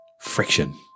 friction